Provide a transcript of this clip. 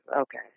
Okay